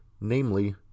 namely